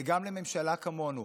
וגם לממשלה כמונו,